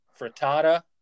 frittata